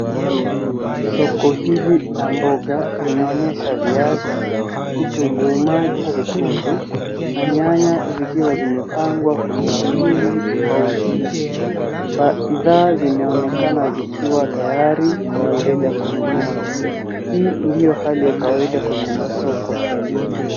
Soko hili la mboga linaonyesha viazi, vitunguu maji jekundu na nyanya zikiwa zimepangwa kwenye vidimbwi tofauti. Bidhaa zimeonekana zikiwa tayari kwa wateja kununua. Hii ndiyo hali ya kawaida kwenye masoko Kenya.